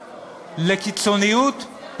לקיצוניות,